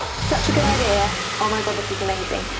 such a good idea, oh my god this is amazing.